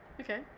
Okay